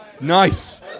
Nice